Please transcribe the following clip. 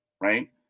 right